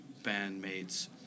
bandmates